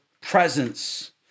presence